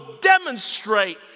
demonstrate